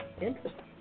interesting